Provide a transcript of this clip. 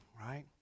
right